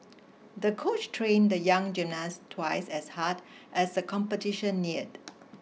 the coach train the young gymnast twice as hard as the competition neared